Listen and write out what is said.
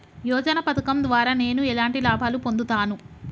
యోజన పథకం ద్వారా నేను ఎలాంటి లాభాలు పొందుతాను?